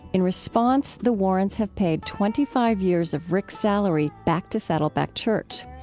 in response, the warrens have paid twenty five years of rick's salary back to saddleback church.